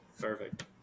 perfect